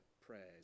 prayers